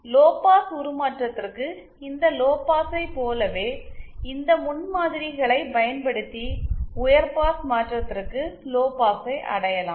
lowpass உருமாற்றத்திற்கு இந்த லோபாஸைப் போலவே இந்த முன்மாதிரிகளையும் பயன்படுத்தி உயர் பாஸ் மாற்றத்திற்கு லோபாஸை அடையலாம்